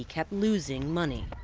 kept losing money.